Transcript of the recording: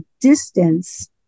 distance